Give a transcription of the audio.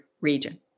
region